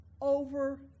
over